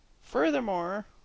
furthermore